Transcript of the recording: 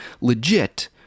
legit